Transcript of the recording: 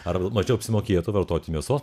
ar mažiau apsimokėtų vartoti mėsos